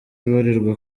ibarirwa